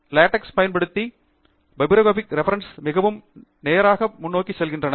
LaTeX ஐப் பயன்படுத்தி bibliographic references மிகவும் நேராக முன்னோக்கிச் செல்கின்றன